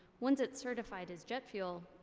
once it's certified as jet fuel,